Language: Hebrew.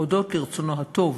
הודות לרצונו הטוב